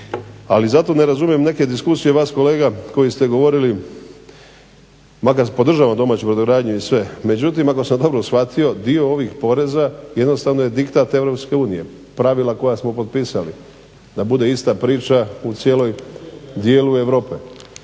Ali zato ne razumijem neke diskusije vas kolega koji ste govorili, makar podržavam domaću …/Govornik se ne razumije./… međutim ako sam dobro shvatio dio ovih poreza jednostavno je diktat EU, pravila koja smo potpisali da bude ista priča u cijelom dijelu Europe.